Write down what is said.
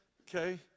okay